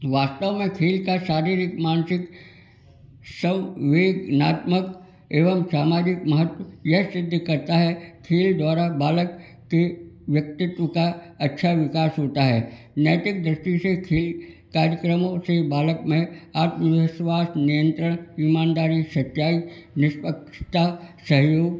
वास्तव में खेल का शारीरिक मानसिक संवेदनात्मक एवं सामाजिक महत्व यह सिद्ध करता है खेल द्वारा बालक के व्यक्तित्व का अच्छा विकास होता है नैतिक दृष्टि से खेल कार्यक्रमों से बालक में आत्मविश्वास नियंत्रण ईमानदारी सच्चाई निष्पक्षता सहयोग